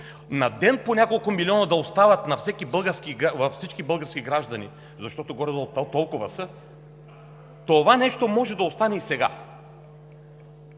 на ден по няколко милиона да остават във всички български граждани, защото горе-долу толкова са, това нещо може да стане и сега.